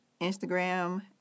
Instagram